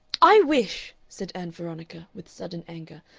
i wish, said ann veronica, with sudden anger,